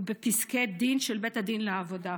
ובפסקי דין של בית הדין לעבודה.